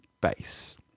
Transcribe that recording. base